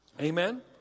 Amen